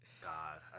God